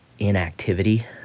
inactivity